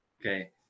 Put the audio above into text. Okay